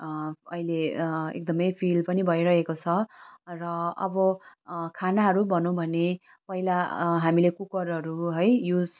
अहिले एकदमै फिल पनि भइरहेको छ र अब खानाहरू भनौँ भने पहिला हामीले कुकरहरू है युज गर्थ्यौँ है